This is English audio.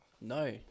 No